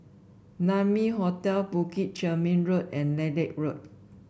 Naumi Hotel Bukit Chermin Road and Lilac Road